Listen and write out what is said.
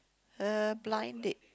uh blind date